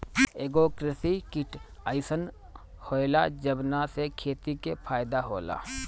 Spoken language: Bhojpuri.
एगो कृषि किट अइसन होएला जवना से खेती के फायदा होला